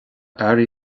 airí